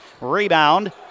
Rebound